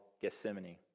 Gethsemane